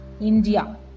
India